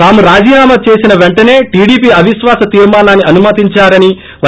తాము రాజీనామ చేసిన పెంటనే టీడీపీ అవిశ్వాసా తీర్మానాన్ని అనుమతించారని వై